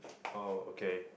oh okay